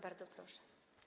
Bardzo proszę.